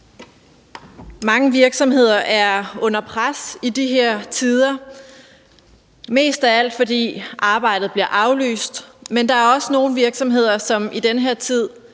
Mange virksomheder er under pres i de her tider, mest af alt fordi arbejdet bliver aflyst, men der er også nogle virksomheder, som i den her tid